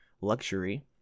luxury